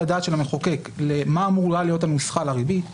הדעת של המחוקק ואת נוסחת הריבית שאמורה להיות,